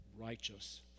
Righteous